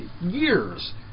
years